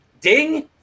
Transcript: ding